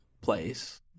place